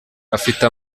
afite